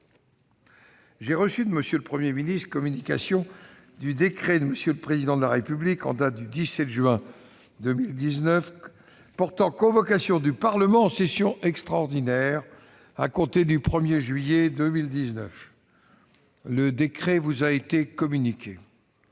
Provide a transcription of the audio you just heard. j'ai reçu de M. le Premier ministre communication du décret de M. le Président de la République en date du 17 juin 2019 portant convocation du Parlement en session extraordinaire à compter du 1 juillet 2019. Le décret vous a été communiqué.